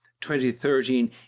2013